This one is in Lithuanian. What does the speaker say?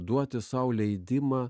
duoti sau leidimą